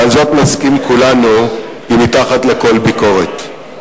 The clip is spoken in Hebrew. ועל זאת נסכים כולנו, היא מתחת לכל ביקורת.